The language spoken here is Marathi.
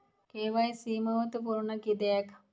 के.वाय.सी महत्त्वपुर्ण किद्याक?